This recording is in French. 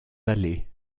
allées